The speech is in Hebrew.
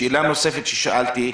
שאלה נוספת ששאלתי.